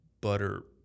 butter